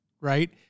right